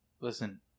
listen